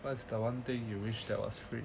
what's the one thing you wish that was free